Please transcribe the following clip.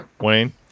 Wayne